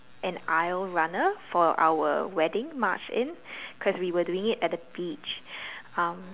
and aisle runner for our wedding march in cause we were doing it at the beach um